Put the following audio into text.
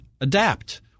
adapt